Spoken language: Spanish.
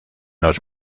los